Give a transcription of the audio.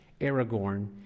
Aragorn